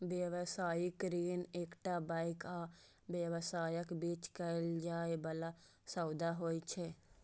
व्यावसायिक ऋण एकटा बैंक आ व्यवसायक बीच कैल जाइ बला सौदा होइ छै